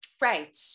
Right